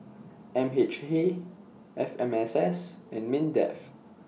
M H A F M S S and Mindef